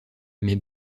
mais